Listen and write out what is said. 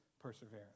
perseverance